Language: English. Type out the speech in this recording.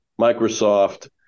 Microsoft